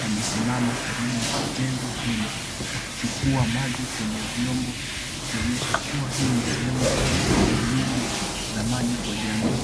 wamesimama karibu na jengo hilo wakichukua maji kwenye vyombo ikionyesha kuwa hii ni sehemu ya kutoa huduma za maji kwa jamii.